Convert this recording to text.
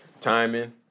timing